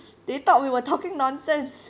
they thought we were talking nonsense